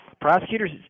Prosecutors